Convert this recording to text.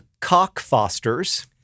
Cockfosters